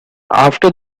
after